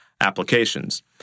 applications